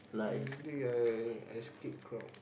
usually I I escape crowd